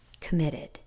committed